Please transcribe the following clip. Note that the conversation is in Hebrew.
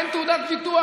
אין תעודת ביטוח.